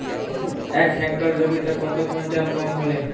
এক হেক্টর জমিতে কত কুইন্টাল গম ফলে?